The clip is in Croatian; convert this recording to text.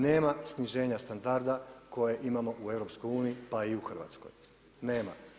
Nema sniženja standarda koje imamo u EU pa i u Hrvatskoj, nema.